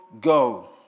Go